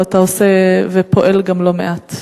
אבל אתה עושה ופועל לא מעט.